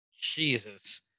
Jesus